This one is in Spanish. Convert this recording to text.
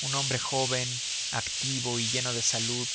un hombre joven activo y lleno de salud